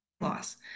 loss